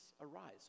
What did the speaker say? arise